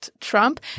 Trump